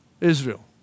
Israel